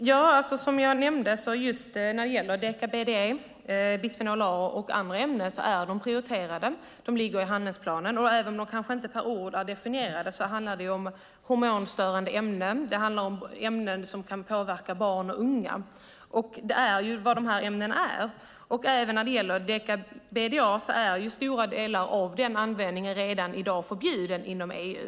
Herr talman! Som jag nämnde är deka-BDE, bisfenol A och andra ämnen prioriterade. De ligger i handlingsplanen. Även om de inte per ord är definierade handlar det om hormonstörande ämnen, om ämnen som kan påverka barn och unga, och det är ju vad de här ämnena gör. Och även stora delar av användningen av deka-BDE är redan i dag förbjuden inom EU.